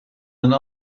een